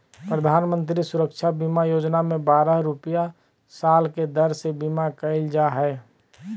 प्रधानमंत्री सुरक्षा बीमा योजना में बारह रुपया साल के दर से बीमा कईल जा हइ